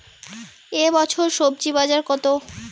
এ বছর স্বজি বাজার কত?